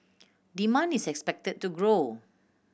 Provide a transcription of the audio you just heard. demand is expected to grow